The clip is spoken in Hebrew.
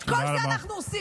את כל זה אנחנו עושים.